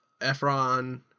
Efron